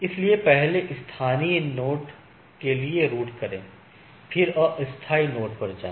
इसलिए पहले स्थानीय नोड के लिए रूट करें और फिर अस्थायी नोड पर जाएं